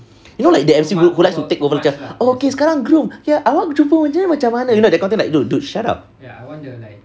you know the emcee who likes to takeover macam oh okay sekarang groom awak jumpa dia macam mana you know that kind of thing like dude dude shut up